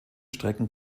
strecken